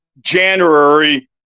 january